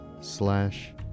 slash